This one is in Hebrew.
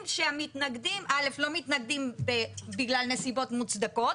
שהמתנגדים א' לא מתנגדים בגלל נסיבות מוצדקות.